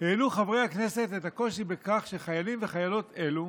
העלו חברי הכנסת את הקושי בכך שחיילים וחיילות אלו